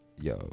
Yo